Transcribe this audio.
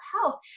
health